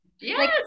Yes